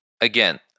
Again